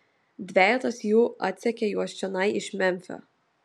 dvejetas jų atsekė jus čionai iš memfio